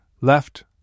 Left